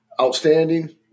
outstanding